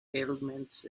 ailments